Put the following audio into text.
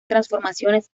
transformaciones